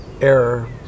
error